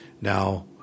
Now